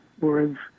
words